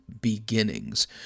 beginnings